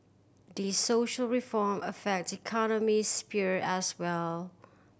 these social reform affect the economic sphere as well